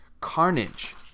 Carnage